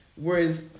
Whereas